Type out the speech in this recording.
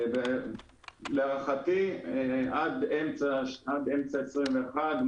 להערכתי עד אמצע 2021,